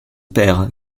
père